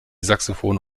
saxophon